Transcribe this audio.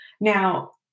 Now